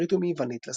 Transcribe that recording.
מעברית ומיוונית,